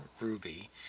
Ruby